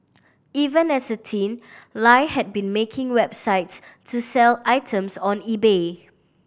even as a teen Lie had been making websites to sell items on eBay